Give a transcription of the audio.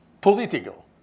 political